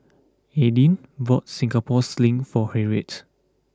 Aidyn bought Singapore Sling for Harriett